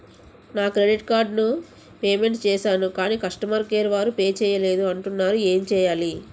నా credit card payment చేసాను కాని కస్టమర్ కేర్ వారు పే చేయలేదు అంటున్నారు ఏంటి చేయాలి?